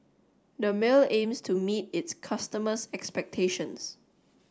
Dermale aims to meet its customers' expectations